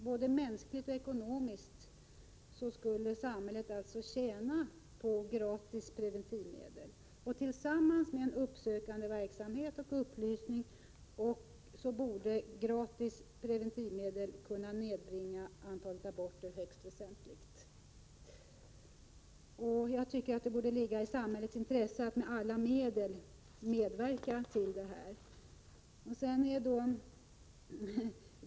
Både mänskligt och ekonomiskt skulle samhäl let alltså tjäna på att preventivmedlen var gratis. Tillsammans borde en uppsökande verksamhet, upplysning och gratis preventivmedel kunna nedbringa antalet aborter högst väsentligt. Jag tycker att det borde vara i samhällets intresse att med alla medel medverka till detta.